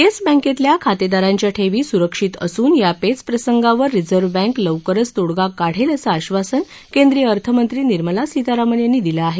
yes बँकेतल्या खातेदारांच्या ठेवी स्रक्षित असून या पेच प्रसंगावर रिझर्व बँक लवकरच तोडगा काढेल असं आश्वासन केंद्रीय अर्थमंत्री निर्मला सीतारामन यांनी दिलं आहे